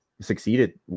succeeded